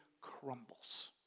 crumbles